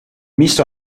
mis